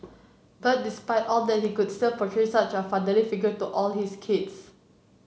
but despite all that he could still portray such a fatherly figure to all his kids